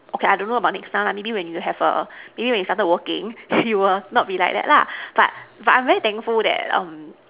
okay I don't know about next time lah maybe when you have a a maybe when you started working you will not be like that lah but but I'm very thankful that um